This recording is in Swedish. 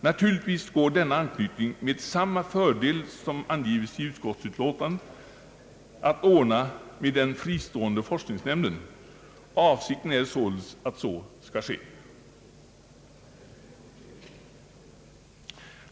Naturligtvis går denna anknytning med samma fördel som angivits i utskottsutlåtandet att ordna med den fristående forskningsnämnden, och avsikten är således att så skall ske.